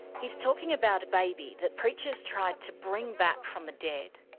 he's talking about a baby, that preachers tried to bring back from the dead.